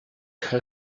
her